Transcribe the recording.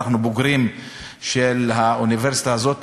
אנחנו בוגרים של האוניברסיטה הזאת,